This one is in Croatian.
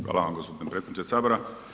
Hvala vam gospodine predsjedniče sabora.